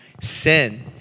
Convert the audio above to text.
sin